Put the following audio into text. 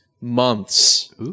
months